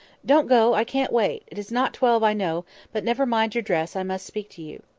don't go i can't wait it is not twelve, i know but never mind your dress i must speak to you.